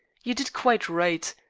you did quite right.